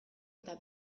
eta